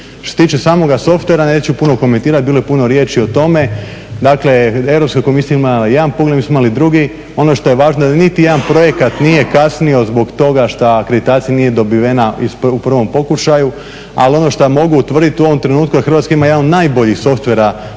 Što se tiče samoga softvera, neću puno komentirat, bilo je puno riječi o tome. Dakle Europska komisija imala je jedan …, mi smo imali drugi. Ono što je važno, da niti jedan projekat nije kasnio zbog toga što akreditacija nije dobivena u prvom pokušaju, ali ono što mogu utvrdit u ovom trenutku da Hrvatska ima jedan od najboljih softvera